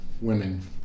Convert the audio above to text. women